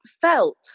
felt